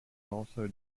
also